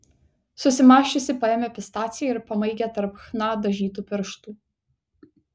susimąsčiusi paėmė pistaciją ir pamaigė tarp chna dažytų pirštų